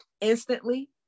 instantly